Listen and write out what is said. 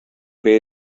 bay